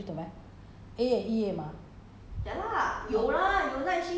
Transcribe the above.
orh 你会在那个 eh 没有 mah 这种 X-ray department 有 midnight shift 的 meh